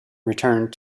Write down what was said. returned